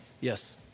Yes